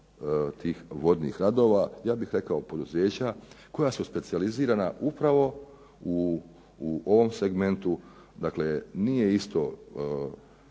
tih vodnih radova, ja bih rekao poduzeća koja su specijalizirana upravo u ovom segmentu. Dakle, nije isto